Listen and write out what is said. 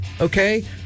okay